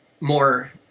more